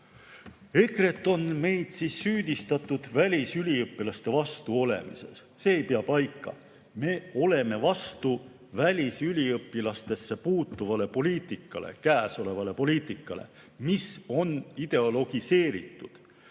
EKRE‑t on süüdistatud välisüliõpilaste vastu olemises. See ei pea paika. Me oleme vastu välisüliõpilastesse puutuvale poliitikale, käesolevale poliitikale, mis on ideologiseeritud.